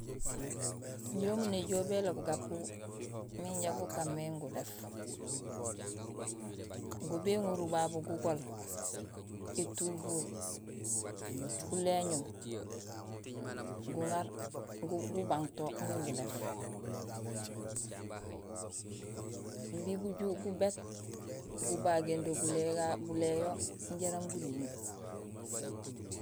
Injé umu néjool béloob gapú miin ja gukaan mé gulééf, Go béŋorul babu gugol, étuhur, uléñum, guŋaar gubang to ming gulééf imbi guju gubéét gubagéén do guléyo jaraam guling